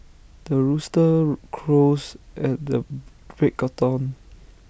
the rooster crows at the break of dawn